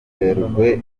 werurwe